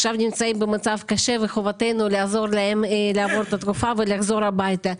עכשיו נמצאים במצב קשה וחובתנו לעזור לכם לעבור את התקופה ולחזור הביתה.